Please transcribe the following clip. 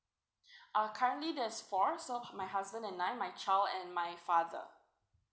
uh currently there's four so my husband and I my child and my father